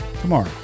tomorrow